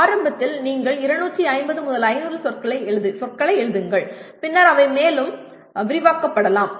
ஆரம்பத்தில் நீங்கள் 250 முதல் 500 சொற்களை எழுதுங்கள் பின்னர் அவை மேலும் விரிவாக்கப்படலாம்